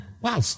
wow